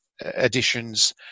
additions